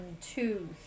two